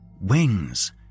Wings